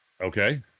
Okay